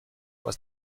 was